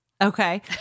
Okay